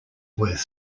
worth